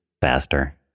faster